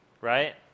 right